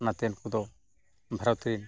ᱚᱱᱟᱛᱮ ᱩᱱᱠᱩ ᱫᱚ ᱵᱷᱟᱨᱚᱛ ᱨᱮᱱ